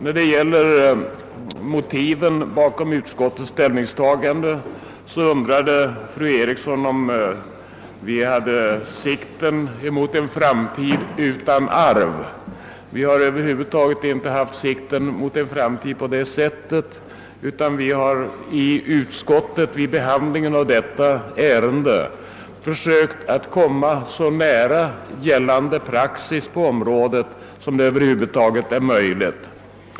När det gäller motiven bakom utskottets ställningstagande undrade fru Eriksson, om vi hade sikten riktad mot en framtid utan arv. Vi har över huvud taget inte haft sikten mot en framtid på det sättet, utan vid behandlingen av detta ärende har vi i utskottet försökt att komma så nära gällande praxis på området som det över huvud taget var möjligt.